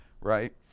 Right